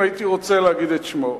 אם הייתי רוצה להגיד את שמו,